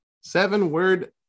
seven-word